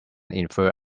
infer